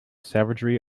savagery